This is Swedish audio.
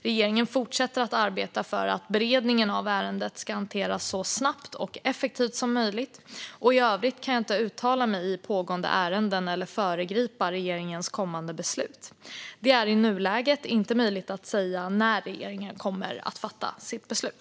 Regeringen fortsätter att arbeta för att beredningen av ärendet ska hanteras så snabbt och effektivt som möjligt. I övrigt kan jag inte uttala mig i pågående ärenden eller föregripa regeringens kommande beslut. Det är i nuläget inte möjligt att säga när regeringen kommer att fatta sitt beslut.